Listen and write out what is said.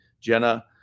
Jenna